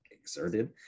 exerted